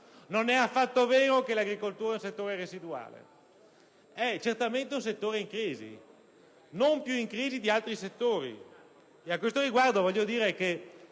Non è affatto vero che l'agricoltura è un settore residuale. È certamente un settore in crisi, ma non più di altri. A questo riguardo, voglio dire che